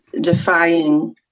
defying